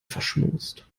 verschmust